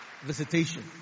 Visitation